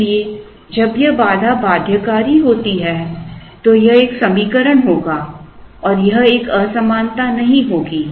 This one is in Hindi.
इसलिए जब यह बाधा बाध्यकारी होती है तो यह एक समीकरण होगा और यह एक असमानता नहीं होगी